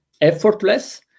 effortless